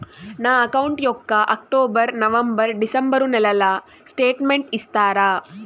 నా అకౌంట్ యొక్క October, November, December నెలల స్టేట్మెంట్ ఇస్తారా?